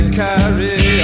carry